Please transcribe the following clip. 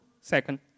second